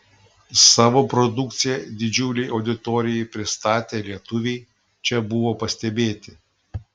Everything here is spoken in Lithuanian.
savo produkciją didžiulei auditorijai pristatę lietuviai čia buvo pastebėti